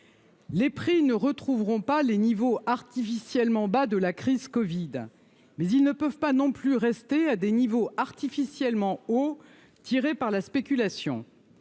Les prix ne retrouveront pas les niveaux artificiellement bas de la crise Covid mais ils ne peuvent pas non plus rester à des niveaux artificiellement au tirée par la spéculation,